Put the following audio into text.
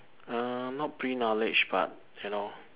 uh not pre-knowledge but you know